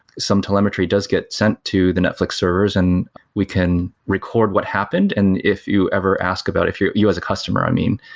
some telemetry does get sent to the netflix servers and we can record what happened. and if you ever ask about if you you as a customer i mean,